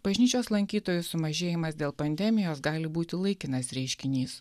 bažnyčios lankytojų sumažėjimas dėl pandemijos gali būti laikinas reiškinys